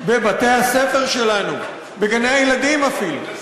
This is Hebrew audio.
בבתי-הספר שלנו, בגני-הילדים אפילו.